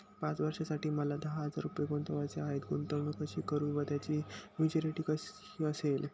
पाच वर्षांसाठी मला दहा हजार रुपये गुंतवायचे आहेत, गुंतवणूक कशी करु व त्याची मॅच्युरिटी कशी असेल?